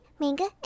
manga